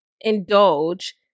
indulge